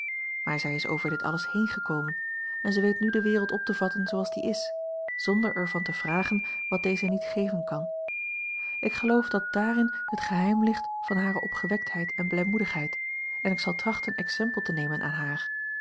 maar zij is over dit alles heengekomen en zij weet nu de wereld op te vatten zooals die is zonder er van te vragen wat deze niet geven kan ik geloof dat daarin het geheim ligt van hare opgewektheid en blijmoedigheid en ik zal trachten exempel te nemen aan haar